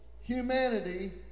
Humanity